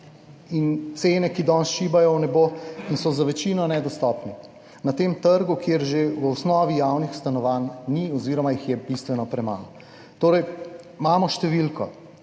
in cene, ki danes šibajo v nebo in so za večino nedostopni, na tem trgu, kjer že v osnovi javnih stanovanj ni oziroma jih je bistveno premalo. Torej imamo številko,